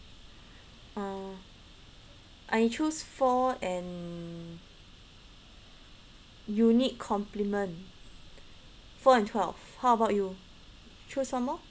uh I choose four and unique compliment four and twelve how about you choose or more